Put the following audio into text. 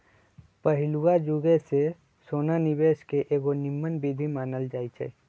पहिलुआ जुगे से सोना निवेश के एगो निम्मन विधीं मानल जाइ छइ